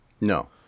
No